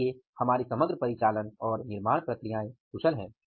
इसलिए हमारी समग्र परिचालन और निर्माण प्रक्रियाएं कुशल हैं